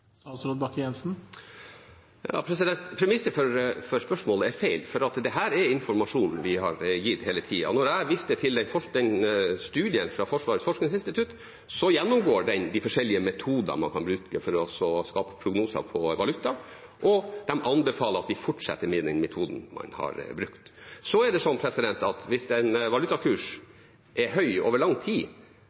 Premisset for spørsmålet er feil. Dette er informasjon vi har gitt hele tida. Jeg viste til studien fra Forsvarets forskningsinstitutt, som gjennomgår de forskjellige metodene man kan bruke for å skape prognoser for valuta, og de anbefaler å fortsette med den metoden man har brukt. Hvis en valutakurs er høy over lang tid, høyere enn man i utgangspunktet hadde beregnet, vil sannsynligheten for å nå styringsmålet minke. Men det er ikke underslått informasjon. Dette er en